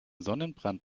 sonnenbrand